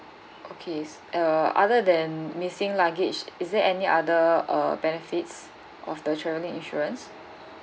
okay s~ uh other than missing luggage is there any other uh benefits of the travelling insurance